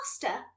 faster